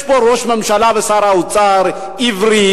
יש פה ראש ממשלה ושר אוצר עיוורים,